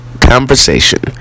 conversation